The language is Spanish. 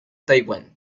taiwán